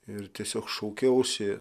ir tiesiog šaukiausi